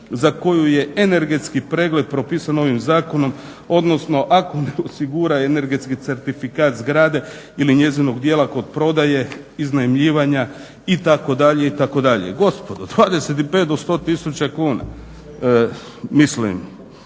za koju je energetski pregled propisan ovim Zakonom, odnosno ako ne osigura energetski certifikat zgrade ili njezinog dijela kod prodaje, iznajmljivanja itd. itd. Gospodo, 25 do 100000 kuna. Mislim